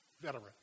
veteran